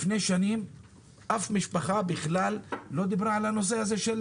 לפני שנים אף משפחה לא דיברה על הנושא הזה של